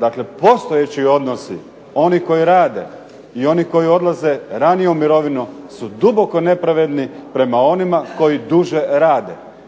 Dakle, postojeći odnosi oni koji rade i oni koji odlaze ranije u mirovinu su duboko nepravedni prema onima koji duže rade.